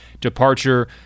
departure